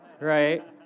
Right